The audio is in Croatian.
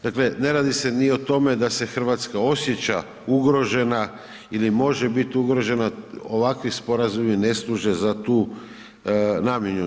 Dakle, ne radi se ni o tome da se RH osjeća ugrožena ili može bit ugrožena, ovakvi sporazumi ne služe za tu namjenu.